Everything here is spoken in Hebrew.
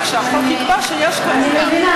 רק שהחוק יקבע שיש כאלה.